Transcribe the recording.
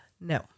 No